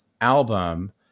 album